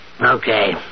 Okay